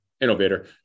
innovator